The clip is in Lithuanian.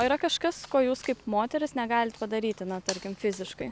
o yra kažkas ko jūs kaip moteris negalit padaryti na tarkim fiziškai